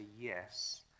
yes